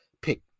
pick